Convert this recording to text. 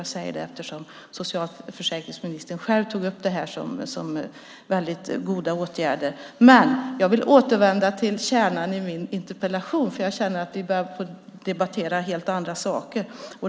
Jag säger detta eftersom socialförsäkringsministern själv tog upp detta som väldigt goda åtgärder. Jag vill återvända till kärnan i min interpellation. Jag känner att vi börjar debattera helt andra saker.